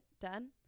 Done